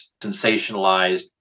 sensationalized